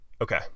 okay